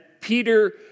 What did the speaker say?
Peter